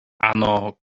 ano